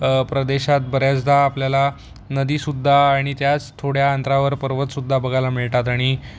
प्रदेशात बऱ्याचदा आपल्याला नदीसुद्धा आणि त्याच थोड्या अंतरावर पर्वतसुद्धा बघायला मिळतात आणि